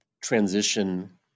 transition